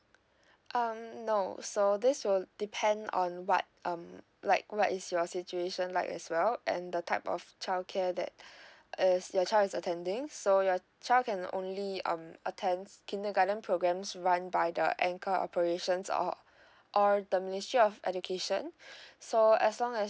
um no so this will depend on what um like what is your situation like as well and the type of childcare that is your child attending so your child can only um attends kindergarten programs run by the anchor operations or or the ministry of education so as long as